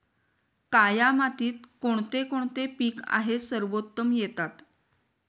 काया मातीत कोणते कोणते पीक आहे सर्वोत्तम येतात?